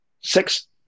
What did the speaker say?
six